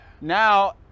now